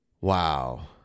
Wow